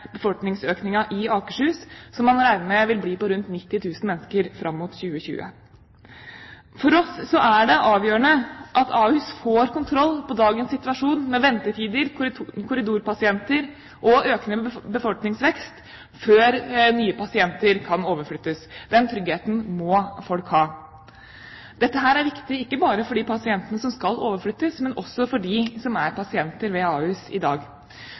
i Akershus, som man regner med vil bli på rundt 90 000 mennesker fram mot 2020. For oss er det avgjørende at Ahus får kontroll over dagens situasjon med ventetider, korridorpasienter og økende befolkningsvekst før nye pasienter kan overflyttes. Den tryggheten må folk ha. Dette er viktig, ikke bare for de pasientene som skal overflyttes, men også for dem som er pasienter ved Ahus i dag.